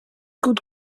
good